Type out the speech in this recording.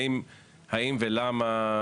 האם ולמה?